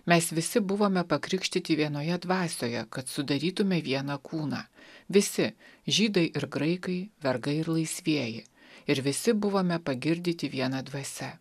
mes visi buvome pakrikštyti vienoje dvasioje kad sudarytume vieną kūną visi žydai ir graikai vergai ir laisvieji ir visi buvome pagirdyti viena dvasia